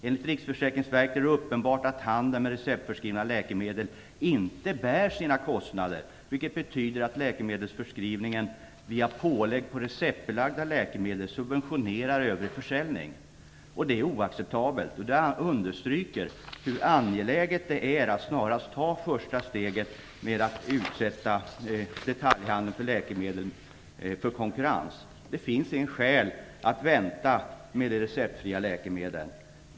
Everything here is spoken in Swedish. Enligt Riksrevisionsverket är det uppenbart att handeln med receptförskrivna läkemedel inte bär sina kostnader, vilket innebär att läkemedelsförskrivningen via pålägg på receptbelagda läkemedel subventionerar övrig försäljning. Det är oacceptabelt. Det understryker hur angeläget det är att snarast ta första steget för att utsätta detaljhandeln med läkemedel för konkurrens. Det finns ej skäl att vänta med de receptfria läkemedlen.